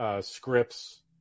Scripts